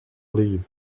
leave